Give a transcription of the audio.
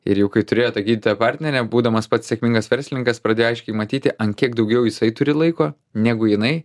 ir jau kai turėjo tą gydytoją partnerę būdamas pats sėkmingas verslininkas pradėjo aiškiai matyti ant kiek daugiau jisai turi laiko negu jinai